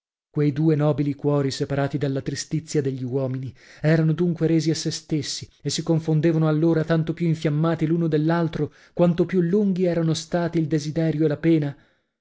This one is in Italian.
quei due nobili cuori separati dalla tristizia degli uomini erano dunque resi a sè stessi e si confondevano allora tanto più infiammati l'uno dell'altro quanto più lunghi erano stati il desiderio e la pena